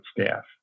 staff